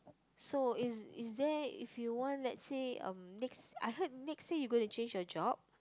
so is is there if you want I heard next year you going to change your job